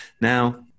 now